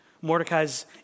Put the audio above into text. Mordecai's